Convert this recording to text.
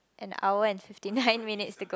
an hour and fifty nine minutes to go